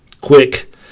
quick